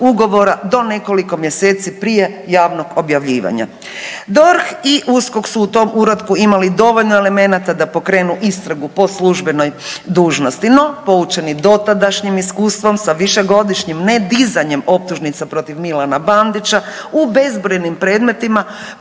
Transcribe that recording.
ugovora do nekoliko mjeseci prije javnog objavljivanja. DORH i USKOK su u tom uratku imali dovoljno elemenata da pokrenu istragu po službenoj dužnosti. No, poučeni dotadašnjim iskustvom sa višegodišnjim ne dizanjem optužnica protiv Milana Bandića u bezbrojnim predmetima